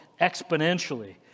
exponentially